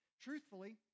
Truthfully